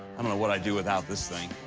um and what i'd do without this thing.